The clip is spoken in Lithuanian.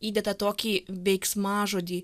įdeda tokį veiksmažodį